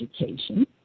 education